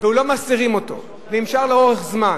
ולא מסתירים אותו, ונמשך לאורך זמן,